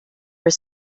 were